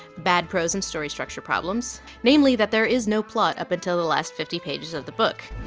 bad prose and story structure problems namely that there is no plot up until the last fifty pages of the book.